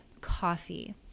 coffee